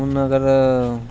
हून अगर